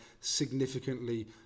significantly